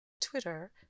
Twitter